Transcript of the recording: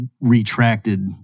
retracted